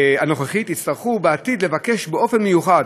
יצטרכו בעתיד לבקש באופן מיוחד